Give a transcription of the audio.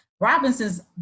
Robinson's